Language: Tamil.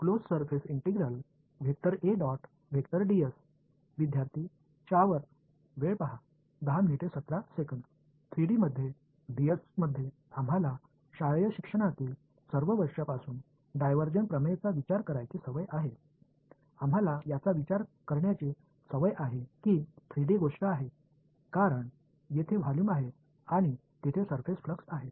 மாணவர் ஓவர் 3D இல் இருந்த ds பள்ளிப்படிப்பின் போது படித்த டைவர்ஜன்ஸ் தேற்றத்தைப் பற்றி சிந்திக்கப் பழகிவிட்டோம் அதை நாம் 3 D விஷயமாக நினைத்துப் பழகிவிட்டோம் ஒரு கொள்ளளவு மற்றும் மேற்பரப்பு ஃபிளக்ஸ் உள்ளது